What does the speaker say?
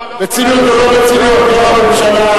בציניות או לא בציניות,